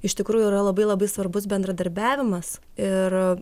iš tikrųjų yra labai labai svarbus bendradarbiavimas ir